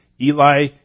Eli